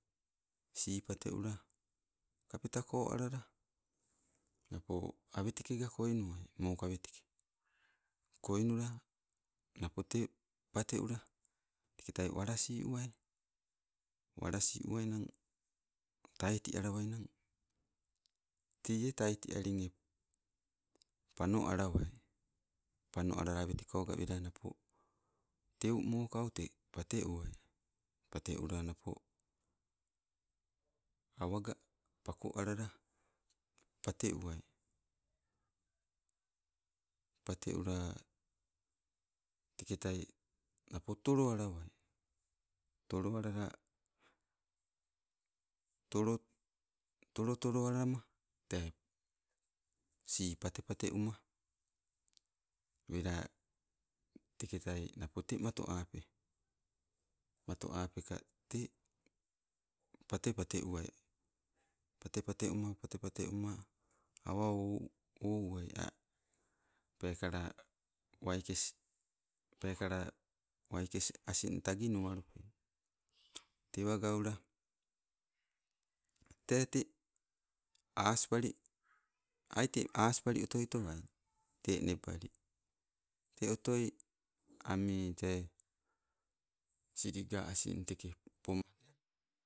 Sii pate ula, kapeta ko alala, napo awetekega koinuwai mokaweteke. Koinula napo te pate ula teketai walasi uwai walasi uwainang tati alawainang teie taiti alin eh, ponno alawai pano alala awetekoga wela nopo teu mokau te pate uwai. Pate ula napo, awaga pako alala pate uwai. Pate ula teketai napo tolo alowai, tolo alala tolo, tolo, tolo alama te sii pate pate uma, wela teketai napo tee mato apee, mato apeeka tee pate uwai pate pate uma pate uma, awa ou awa auai o peekala waikes. Pekala waikes asin taginuwalupe. Tewa gaula, tee te aspali, ai te aspali otoi towai te nebali te otoi ami te siliga asinn te teke poma.